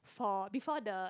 for before the